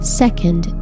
second